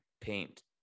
paint